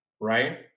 right